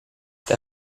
der